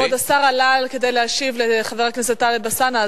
כבוד השר עלה כדי להשיב לחבר הכנסת טלב אלסאנע,